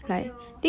okay lor